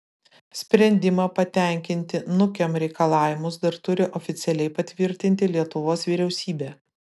sprendimą patenkinti nukem reikalavimus dar turi oficialiai patvirtinti lietuvos vyriausybė